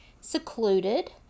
secluded